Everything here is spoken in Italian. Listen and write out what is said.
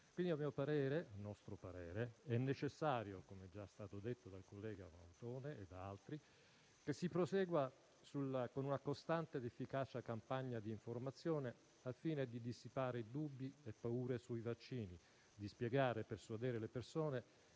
Quindi, a mio e a nostro parere, è necessario - come è già stato detto dal collega Mautone e da altri - che si prosegua con una costante ed efficace campagna di informazione, al fine di dissipare dubbi e paure sui vaccini, di spiegare e di persuadere le persone,